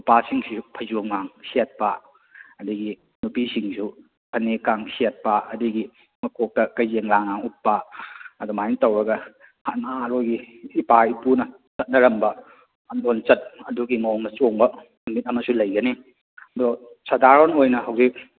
ꯅꯨꯄꯥꯁꯤꯡꯁꯤꯁꯨ ꯐꯩꯖꯣꯝꯒ ꯁꯦꯠꯄ ꯑꯗꯒꯤ ꯅꯨꯄꯤꯁꯤꯡꯁꯨ ꯐꯅꯦꯛꯀ ꯁꯦꯠꯄ ꯑꯗꯒꯤ ꯃꯀꯣꯛꯇ ꯀꯩꯖꯦꯡꯂꯥꯡꯒ ꯎꯞꯄ ꯑꯗꯨꯃꯥꯏꯅ ꯇꯧꯔꯒ ꯍꯥꯟꯅ ꯑꯩꯈꯣꯏꯒꯤ ꯏꯄꯥ ꯏꯄꯨꯅ ꯆꯠꯅꯔꯝꯕ ꯑꯝꯕꯣꯟ ꯆꯠ ꯑꯗꯨꯒꯤ ꯃꯑꯣꯡꯗ ꯆꯣꯡꯕ ꯅꯨꯃꯤꯠ ꯑꯃꯁꯨ ꯂꯩꯒꯅꯤ ꯑꯗꯣ ꯁꯙꯥꯔꯟ ꯑꯣꯏꯅ ꯍꯧꯖꯤꯛ